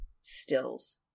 stills